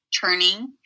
turning